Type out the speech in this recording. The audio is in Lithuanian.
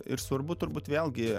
ir svarbu turbūt vėlgi